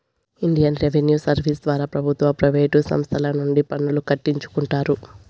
Indian revenue service ద్వారా ప్రభుత్వ private సంస్తల నుండి పన్నులు కట్టించుకుంటారు